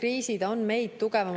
kriisid on meid tugevamalt